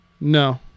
No